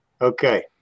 Okay